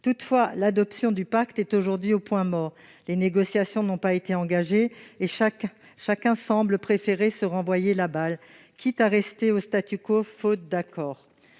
Toutefois, son adoption est aujourd'hui au point mort. Les négociations n'ont pas été engagées et chacun semble préférer se renvoyer la balle, quitte à rester au faute d'accord.